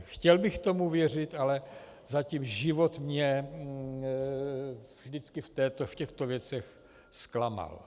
Chtěl bych tomu věřit, ale zatím život mě vždycky v těchto věcech zklamal.